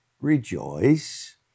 rejoice